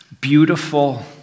beautiful